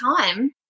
time